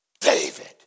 David